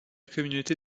communauté